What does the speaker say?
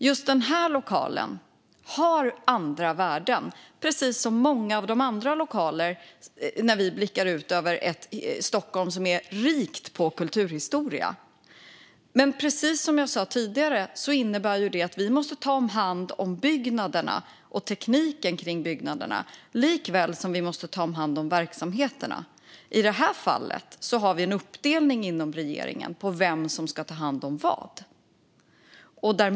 Just den här lokalen har andra värden, precis som många andra lokaler vi ser när vi blickar ut över ett Stockholm som är rikt på kulturhistoria. Men precis som jag sa tidigare innebär detta att vi måste ta hand om byggnaderna och tekniken kring byggnaderna såväl som verksamheterna. I det här fallet finns en uppdelning inom regeringen på vem som ska ta hand om vad.